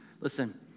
listen